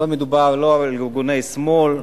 לא מדובר על ארגוני שמאל.